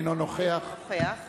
אינו נוכח